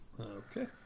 Okay